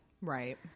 Right